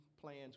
plans